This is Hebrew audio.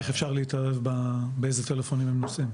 איך אפשר להתערב באיזה טלפונים הם נושאים?